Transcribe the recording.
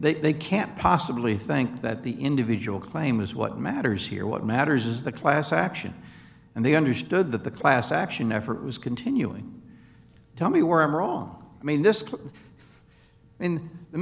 they can't possibly think that the individual claim is what matters here what matters is the class action and they understood that the class action effort was continuing tell me where i'm wrong i mean this in the